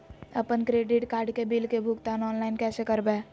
अपन credit card के bill के भुगतान ऑनलाइन कैसे करबैय?